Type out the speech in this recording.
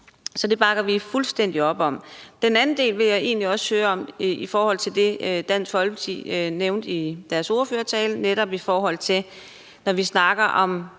Så det bakker vi fuldstændig op om. Den anden ting, jeg gerne vil høre om, er i forhold til det, Dansk Folkeparti nævnte i deres ordførertale, altså netop i forhold til hjemmeplejen og